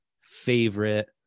favorite